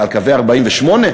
על קווי 48'?